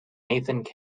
nathan